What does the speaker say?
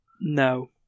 No